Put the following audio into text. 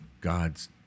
God's